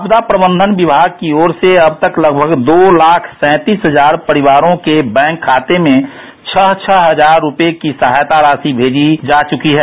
आपदा प्रबंधन विभाग की ओर से अब तक लगभग दो लाख सैंतीस हजार परिवारों के बैंक खाते में छह छह हजार रूपये की सहायता राशि भेजी आ चुकी है